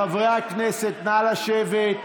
חברי הכנסת, נא לשבת.